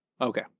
Okay